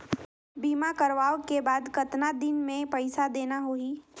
बीमा करवाओ के बाद कतना दिन मे पइसा देना हो ही?